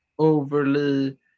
Overly